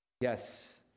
Yes